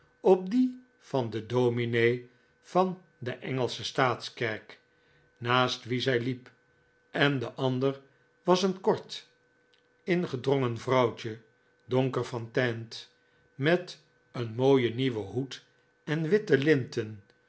op die van den dominee van de engelsche staatskerk naast wien zij liep en de ander was een kort ingedrongen vrouwtje donker van teint met een mooien nieuwen hoed en witte linten